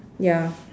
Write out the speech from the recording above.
ya